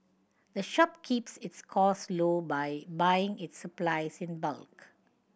the shop keeps its cost low by buying its supplies in bulk